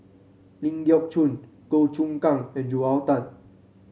Ling Geok Choon Goh Choon Kang and Joel Tan